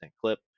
clip